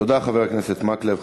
תודה, חבר הכנסת מקלב.